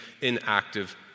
inactive